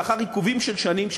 לאחר עיכובים של שנים,